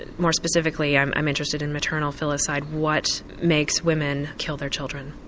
and more specifically i'm i'm interested in maternal filicide what makes women kill their children.